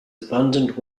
abundant